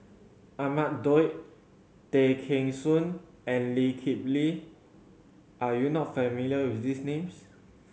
Ahmad Daud Tay Kheng Soon and Lee Kip Lee are you not familiar with these names